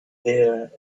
there